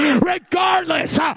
regardless